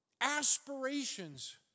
aspirations